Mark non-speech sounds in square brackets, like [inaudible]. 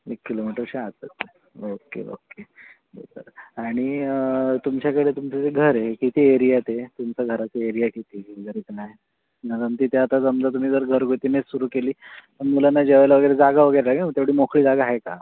एक किलोमीटरच्या आतच आहे ओके ओके बरं तर आणि तुमच्याकडे तुमचं जे घर आहे किती एरियात आहे तुमच्या घराची एरिया किती [unintelligible] नाही म्हणजे आता समजा तुम्ही जर घरगुती मेस सुरू केली पण मुलांना जेवायला वगैरे जागा वगैरे आहे का मग तेवढी मोकळी जागा आहे का